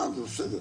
בסדר.